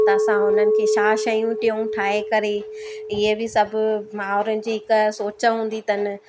त असां उन्हनि खे छा शयूं ॾियूं ठाहे करे ईअं बि सभु मावरनि जी हिकु सोच हूंदी अथनि